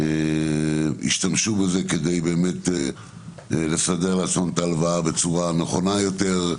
ואנשים ישתמשו בזה כדי לסדר לעצמם את ההלוואה בצורה נכונה יותר,